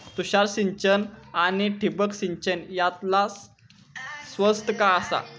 तुषार सिंचन आनी ठिबक सिंचन यातला स्वस्त काय आसा?